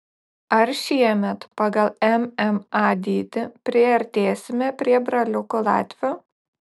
ar šiemet pagal mma dydį priartėsime prie braliukų latvių